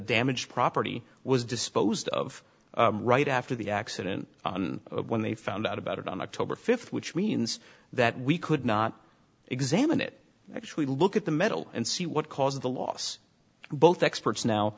damaged property was disposed of right after the accident when they found out about it on october fifth which means that we could not examine it actually look at the metal and see what caused the loss both experts now